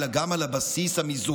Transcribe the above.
אלא גם על הבסיס המיזוגיני.